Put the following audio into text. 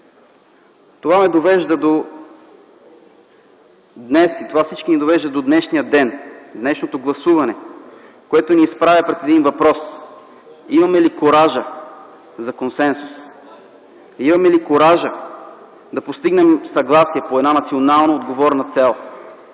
им. Всичко това ни довежда до днешния ден, до днешното гласуване, което ни изправя пред един въпрос – имаме ли куража за консенсус, имаме ли куража да постигнем съгласие по една национално отговорна цел,